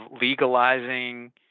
legalizing